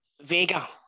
Vega